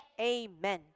Amen